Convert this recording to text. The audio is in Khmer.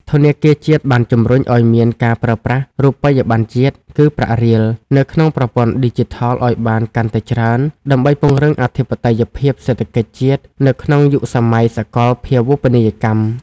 ធនាគារជាតិបានជម្រុញឱ្យមានការប្រើប្រាស់ រូបិយបណ្ណជាតិ គឺប្រាក់រៀល នៅក្នុងប្រព័ន្ធឌីជីថលឱ្យបានកាន់តែច្រើន ដើម្បីពង្រឹងអធិបតេយ្យភាពសេដ្ឋកិច្ចជាតិនៅក្នុងយុគសម័យសកលភាវូបនីយកម្ម។